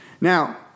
Now